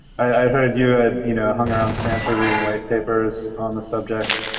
i'd heard you had you know hung around stanford reading white papers on the subject,